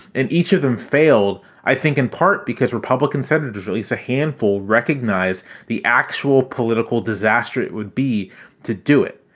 and each of them failed. i think in part because republican republican senators released a handful recognize the actual political disaster it would be to do it.